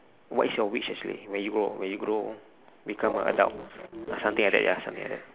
what is your wish actually when you grow when you grow become an adult ya something like that ya something like that